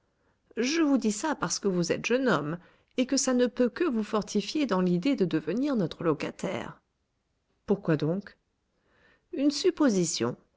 je vous dis ça parce que vous êtes jeune homme et que ça ne peut que vous fortifier dans l'idée de devenir notre locataire pourquoi donc une supposition